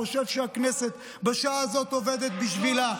חושב שהכנסת בשעה הזאת עובדת בשבילו.